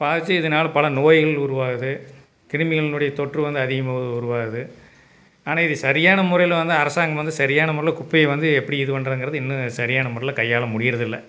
பாதித்து இதனால பல நோய்கள் உருவாகுது கிருமிகளினுடைய தொற்று வந்து அதிகமாக உருவாகுது ஆனால் இது சரியான முறையில் வந்து அரசாங்கம் வந்து சரியான முறையில் குப்பையை வந்து எப்படி இது பண்றதுங்கிறது இன்னும் சரியான முறையில் கையாள முடிகிறது இல்லை